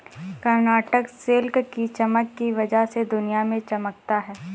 Karnataka silk की चमक की वजह से दुनिया में चमकता है